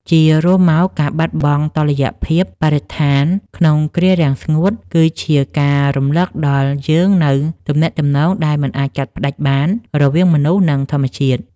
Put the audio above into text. ជារួមមក ការបាត់បង់តុល្យភាពបរិស្ថានក្នុងគ្រារាំងស្ងួត គឺជាការរំលឹកដល់យើងនូវទំនាក់ទំនងដែលមិនអាចកាត់ផ្ដាច់បានរវាងមនុស្ស និងធម្មជាតិ។